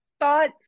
Thoughts